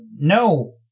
no